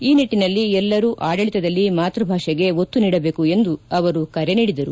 ಈ ನಿಟ್ಟಿನಲ್ಲಿ ಎಲ್ಲರೂ ಆಡಳಿತದಲ್ಲಿ ಮಾತ್ಯಭಾಷೆಗೆ ಒತ್ತು ನೀಡಬೇಕು ಎಂದು ಅವರು ಕರೆ ನೀಡಿದರು